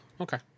Okay